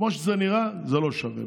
כמו שזה נראה, זה לא שווה.